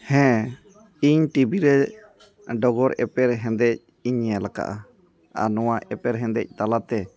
ᱦᱮᱸ ᱤᱧ ᱴᱤᱵᱷᱤ ᱼᱨᱮ ᱰᱚᱜᱚᱨ ᱮᱯᱮᱨ ᱦᱮᱸᱫᱮᱡᱤᱧ ᱧᱮᱞᱟᱠᱟᱜᱼᱟ ᱟᱨ ᱱᱚᱣᱟ ᱮᱯᱮᱨᱦᱮᱸᱰᱮᱡ ᱛᱟᱞᱟᱛᱮ